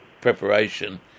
preparation